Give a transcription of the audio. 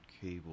cable